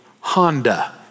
Honda